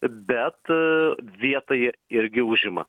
bet vietą jie irgi užima